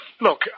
Look